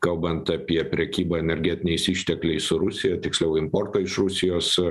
kalbant apie prekybą energetiniais ištekliais su rusija tiksliau importą iš rusijos